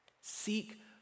Seek